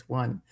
one